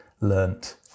learnt